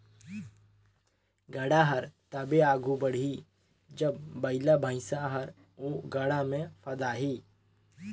गाड़ा हर तबे आघु बढ़ही जब बइला भइसा हर ओ गाड़ा मे फदाही